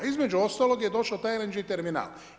Između ostalog je došao taj Lng Terminar.